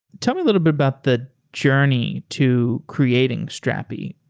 tell me a little bit about the journey to creating strapi,